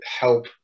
help